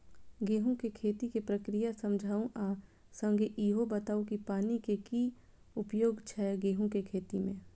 गेंहूँ केँ खेती केँ प्रक्रिया समझाउ आ संगे ईहो बताउ की पानि केँ की उपयोग छै गेंहूँ केँ खेती में?